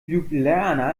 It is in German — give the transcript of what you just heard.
ljubljana